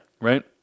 right